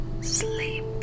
sleep